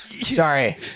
sorry